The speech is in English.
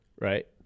right